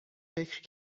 فکر